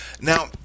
Now